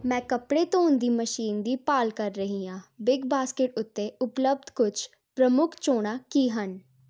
ਮੈਂ ਕੱਪੜੇ ਧੋਣ ਦੀ ਮਸ਼ੀਨ ਦੀ ਭਾਲ ਕਰ ਰਹੀ ਹਾਂ ਬਿਗ ਬਾਸਕਟ ਉੱਤੇ ਉਪਲੱਬਧ ਕੁੱਝ ਪ੍ਰਮੁੱਖ ਚੋਣਾਂ ਕੀ ਹਨ